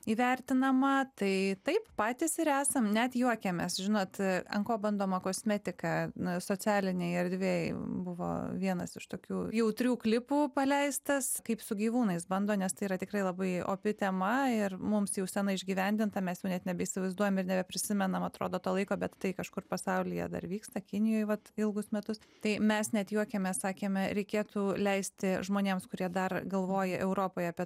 įvertinama tai taip patys ir esam net juokėmės žinot ant ko bandoma kosmetika socialinėj erdvėj buvo vienas iš tokių jautrių klipų paleistas kaip su gyvūnais bando nes tai yra tikrai labai opi tema ir mums jau seniai išgyvendinta mes jau nebeįsivaizduojam nebeprisimenam atrodo to laiko bet tai kažkur pasaulyje dar vyksta kinijoj vat ilgus metus tai mes net juokėmės sakėme reikėtų leisti žmonėms kurie dar galvoja europoje apie